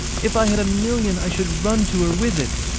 if i had a million i should run to her with it!